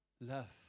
Love